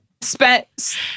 spent